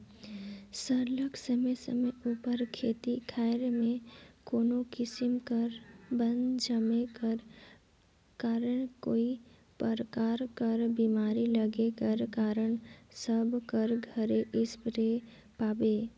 सरलग समे समे उपर खेत खाएर में कोनो किसिम कर बन जामे कर कारन कइयो परकार कर बेमारी लगे कर कारन सब कर घरे इस्पेयर पाबे